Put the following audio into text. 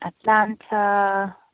Atlanta